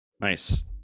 Nice